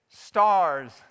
stars